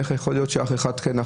איך יכול להיות שאח אחד כן,